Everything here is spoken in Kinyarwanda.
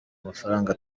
mafaranga